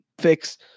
fix